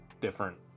different